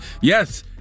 yes